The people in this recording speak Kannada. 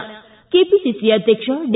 ಿ ಕೆಪಿಸಿಸಿ ಅಧ್ಯಕ್ಷ ಡಿ